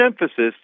emphasis